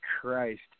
Christ